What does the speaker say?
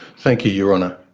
thank you your honour.